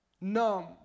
numb